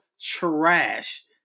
trash